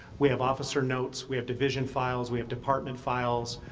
we have officer notes. we have division files. we have department files.